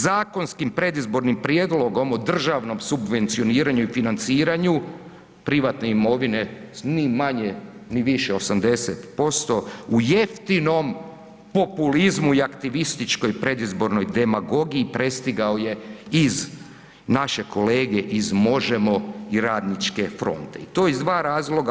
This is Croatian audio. Zakonskim predizbornim prijedlogom o državnom subvencioniranju i financiranju privatne imovine ni manje ni više 80% u jeftinom populizmu i aktivističkoj predizbornoj demagogiji prestigao je iz, naše kolege iz Možemo i Radničke fronte i to iz dva razloga.